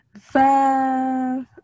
five